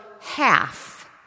half